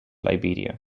liberia